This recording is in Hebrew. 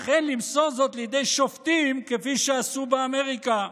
אך אין למסור זאת לידי שופטים כפי שעשו באמריקה.